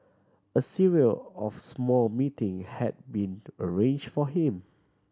a serial of small meeting had been arrange for him